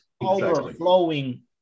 overflowing